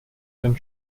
den